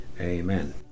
Amen